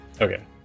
Okay